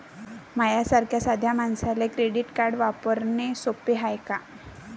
माह्या सारख्या साध्या मानसाले क्रेडिट कार्ड वापरने सोपं हाय का?